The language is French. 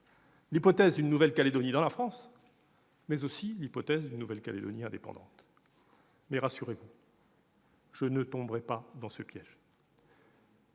l'hypothèse d'une Nouvelle-Calédonie dans la France, mais aussi celle d'une Nouvelle-Calédonie indépendante. Mais je ne tomberai pas dans ce piège